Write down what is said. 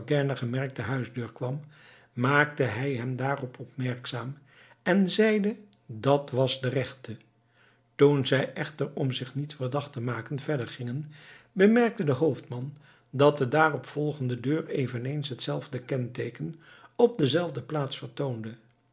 morgiane gemerkte huisdeur kwam maakte hij hem daarop opmerkzaam en zeide dat was de rechte toen zij echter om zich niet verdacht te maken verder gingen bemerkte de hoofdman dat de daarop volgende deur eveneens hetzelfde kenteeken op dezelfde plaats vertoonde